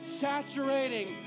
saturating